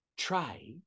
Try